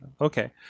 Okay